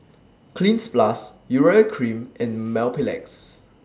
Cleanz Plus Urea Cream and Mepilex